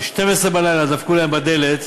ובשתים-עשרה בלילה דפקו להם בדלת